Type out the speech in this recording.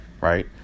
right